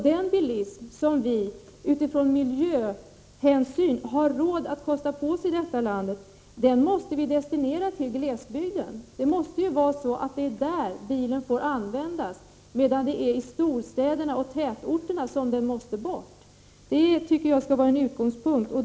Den bilism som vi med utgångspunkt i miljöhänsyn har råd att kosta på oss måste vi destinera till glesbygden. Det måste vara så att det är där bilen får användas, medan den måste bort från storstäderna och tätorterna. Detta anser jag bör vara utgångspunkten.